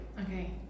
Okay